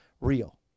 real